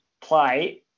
play